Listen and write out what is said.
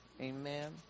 Amen